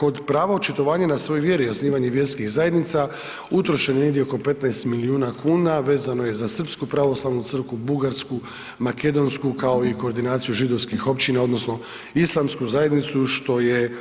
Kod prava očitovanja na svoje vjere i osnivanje vjerskih zajednica, utrošeno je negdje oko 15 milijuna kuna, vezano je za srpsku pravoslavnu crkvu, bugarsku, makedonsku, kao i koordinaciju židovskih općina odnosno islamsku zajednicu, što je